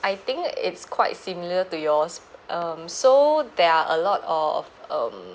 I think it's quite similar to yours um so there are a lot of um